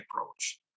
approach